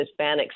Hispanics